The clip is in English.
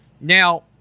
Now